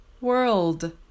world